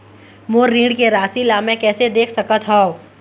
मोर ऋण के राशि ला म कैसे देख सकत हव?